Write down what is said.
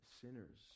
sinners